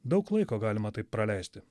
daug laiko galima taip praleisti